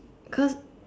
cause